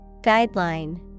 Guideline